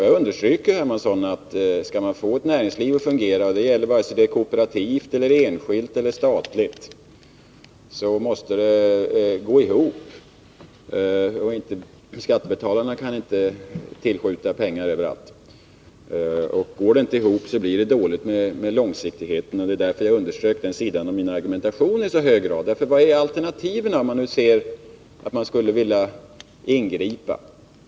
Jag understryker, herr Hermansson, att skall man få ett näringsliv att fungera — detta gäller vare sig det är kooperativt eller enskilt eller statligt — måste det gå ihop. Skattebetalarna kan inte tillskjuta pengar överallt. Och går det inte ihop, så blir det dåligt med långsiktigheten, och det är därför jag har understrukit den sidan av min argumentation i så hög grad. Vilka är alternativen, när man nu ser att man skulle vilja ingripa?